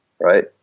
right